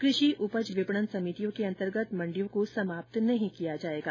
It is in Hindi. कृषि उपज विपणन समितियों के अन्तर्गत मंडियो को समाप्त नहीं किया जाएगा